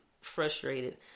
frustrated